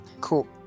Cool